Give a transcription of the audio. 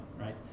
right